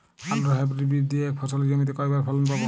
আলুর হাইব্রিড বীজ দিয়ে এক ফসলী জমিতে কয়বার ফলন পাব?